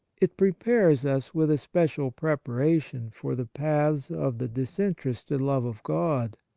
it prepares us with a special preparation for the paths of the disinterested love of god.